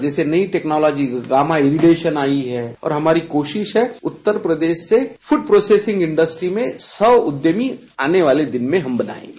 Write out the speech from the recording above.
जैसे नई technology gamma यूडेशन आई है ओर हमारी कोशिश है उत्तर प्रदेश से फूड प्रोसेसिंग इन्डस्ट्री में सौ उद्यमी आने वाले दिन में हम बनायेंगे